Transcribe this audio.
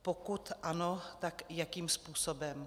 Pokud ano, tak jakým způsobem?